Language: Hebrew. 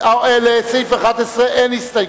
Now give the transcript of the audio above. לסעיף 11 אין הסתייגות.